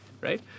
Right